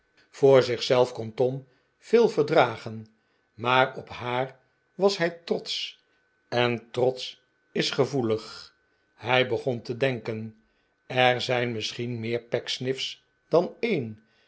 voor zich zelf kon tom veel verdragen maar op haar was hij trotsch en trots is gevoelig hij begon te denken r er zijn misschien meer pecksniff's dan een